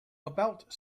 about